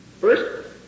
First